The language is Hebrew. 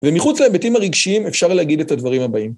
ומחוץ להיבטים הרגשיים אפשר להגיד את הדברים הבאים.